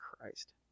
Christ